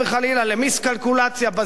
למיסקלקולציה בזירה,